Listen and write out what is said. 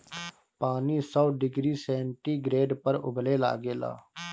पानी सौ degree centigrade पर उबले लागेला